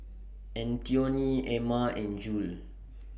Antione Emma and Jule